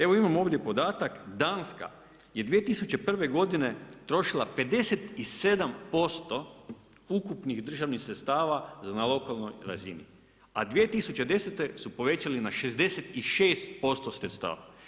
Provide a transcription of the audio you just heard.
Evo imam ovdje podatak, Danska je 2001. godine trošila 57% ukupnih državnih sredstava na lokalnoj razini a 2010. su povećali na 66% sredstava.